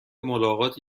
ملاقات